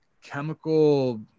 chemical